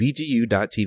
VGU.TV